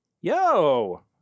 Yo